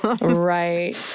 Right